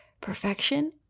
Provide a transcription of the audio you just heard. perfection